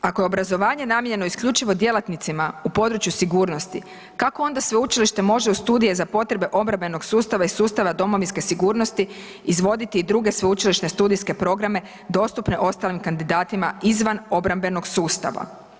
Ako je obrazovanje namijenjeno isključivo djelatnicima u području sigurnosti kako onda sveučilište može u studije za potrebe obrambenog sustava i sustava domovinske sigurnosti izvoditi i druge sveučilišne studijske programe dostupne ostalim kandidatima izvan obrambenog sustava.